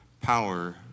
power